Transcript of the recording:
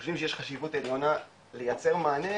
חושבים שיש חשיבות עליונה לייצר מענה